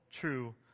true